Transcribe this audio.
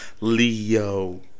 Leo